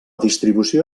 distribució